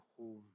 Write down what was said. home